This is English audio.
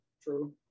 True